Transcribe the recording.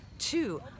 Two